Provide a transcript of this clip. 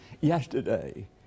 yesterday